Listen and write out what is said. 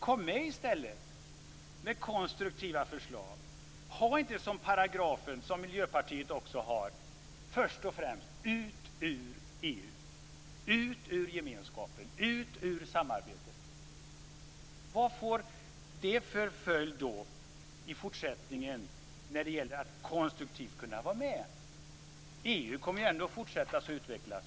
Kom med i stället med konstruktiva förslag! Ha inte liksom också Miljöpartiet som första målsättning att vi skall ut ur EU, ut ur gemenskapen och ut ur samarbetet. Vad får det för följder för möjligheterna att delta konstruktivt i fortsättningen? EU kommer ändå att fortsätta att utvecklas.